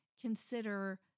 consider